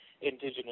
indigenous